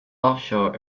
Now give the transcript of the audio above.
offshore